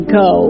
go